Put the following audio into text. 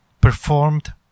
performed